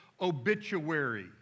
obituary